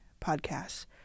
podcasts